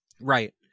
Right